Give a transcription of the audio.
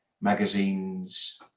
magazines